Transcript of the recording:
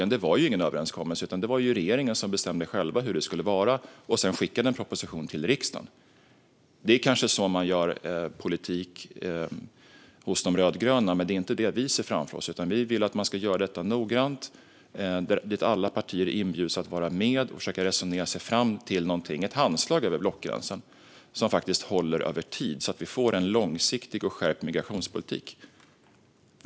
Men det var ju ingen överenskommelse, utan det var regeringen som själv bestämde hur det ska vara och sedan skickade en proposition till riksdagen. Det är kanske så man gör politik hos de rödgröna, men det är inte vad vi ser framför oss. Vi vill att man ska göra detta noggrant och att alla partier ska inbjudas att vara med och försöka resonera sig fram till något och få ett handslag över blockgränsen som håller över tid, så att vi får en långsiktig och skärpt migrationspolitik.